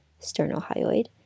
sternohyoid